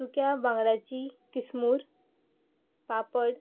सुक्या बांगड्याची किसमूर पापड